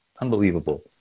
unbelievable